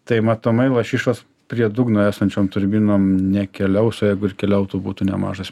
tai matomai lašišos prie dugno esančiom turbinom nekeliaus o jeigu ir keliautų būtų nemažas